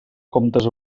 comptes